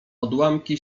odłamki